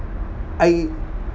I